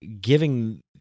giving